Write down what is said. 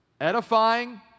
edifying